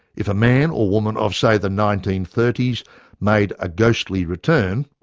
if a man or woman of say the nineteen thirty s made a ghostly return,